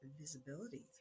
visibility